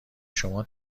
شما